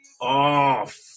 off